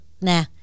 nah